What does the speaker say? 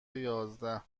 یازده